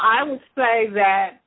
i would say that